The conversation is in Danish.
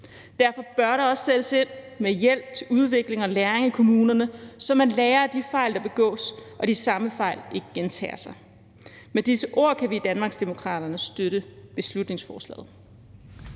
Derfor bør der også sættes ind med hjælp til udvikling og læring i kommunerne, så man lærer af de fejl, der begås, og de samme fejl ikke gentager sig. Med disse ord kan vi i Danmarksdemokraterne støtte beslutningsforslaget.